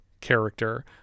Character